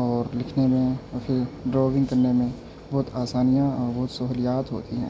اور لکھنے میں اور پھر ڈراونگ کرنے میں بہت آسانیاں اور بہت سہولیات ہوتی ہیں